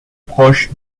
proche